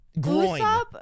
groin